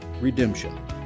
redemption